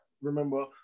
remember